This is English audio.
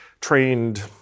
trained